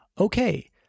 Okay